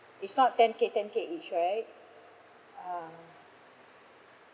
it's not ten K ten K each right ah